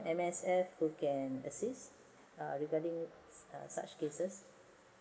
M_S_F who can assist regarding such cases